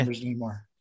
anymore